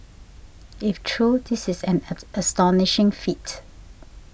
if true this is an at astonishing feat